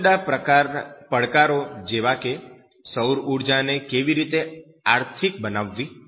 જુદા જુદા પડકારો જેવા કે સૌરઉર્જા ને કેવી રીતે આર્થિક બનાવવી